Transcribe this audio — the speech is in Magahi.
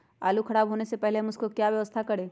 आलू खराब होने से पहले हम उसको क्या व्यवस्था करें?